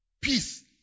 Peace